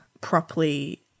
properly